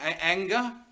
anger